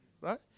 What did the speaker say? right